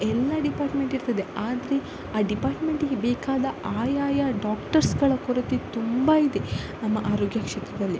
ಎಲ್ಲ ಡಿಪಾರ್ಟ್ಮೆಂಟ್ ಇರ್ತದೆ ಆದರೆ ಆ ಡಿಪಾರ್ಟ್ಮೆಂಟಿಗೆ ಬೇಕಾದ ಆಯಾ ಡಾಕ್ಟರ್ಸ್ಗಳ ಕೊರತೆ ತುಂಬ ಇದೆ ನಮ್ಮ ಆರೋಗ್ಯ ಕ್ಷೇತ್ರದಲ್ಲಿ